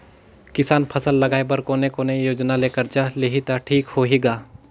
किसान फसल लगाय बर कोने कोने योजना ले कर्जा लिही त ठीक होही ग?